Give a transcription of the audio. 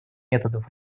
методов